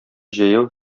җәяү